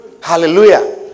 Hallelujah